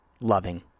loving